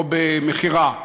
או במכירה.